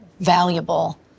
valuable